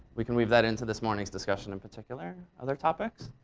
we can weave that into this morning's discussion in particular. other topics?